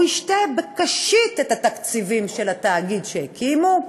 והוא ישתה בקשית את התקציבים של התאגיד שהקימו.